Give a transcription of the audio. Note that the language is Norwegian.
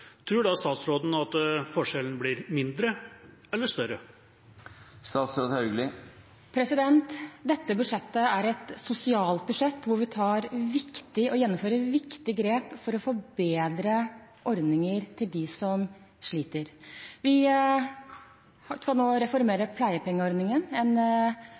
tror da statsråden at forskjellen blir mindre eller større? Dette budsjettet er et sosialt budsjett hvor vi gjennomfører og tar viktige grep for å få bedre ordninger for dem som sliter. Vi skal nå reformere pleiepengeordningen, en